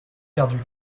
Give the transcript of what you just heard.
perdue